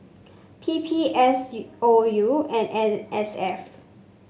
P P S U O U and N S F